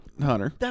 Hunter